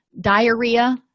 diarrhea